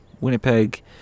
Winnipeg